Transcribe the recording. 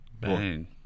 Bang